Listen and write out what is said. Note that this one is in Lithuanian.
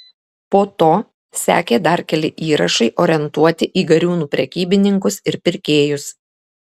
po to sekė dar keli įrašai orientuoti į gariūnų prekybininkus ir pirkėjus